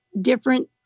different